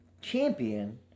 champion